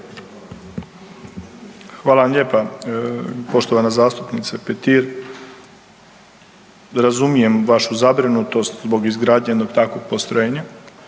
Hvala lijepo. Poštovana zastupnice Petir. Razumijem vašu zabrinutost zbog izgradnje jednog takvog postrojenja,